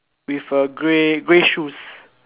with a grey grey shoes